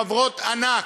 חברות ענק,